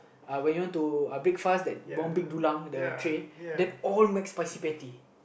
when you want to break fast then want be to the tray then all McSpicy patty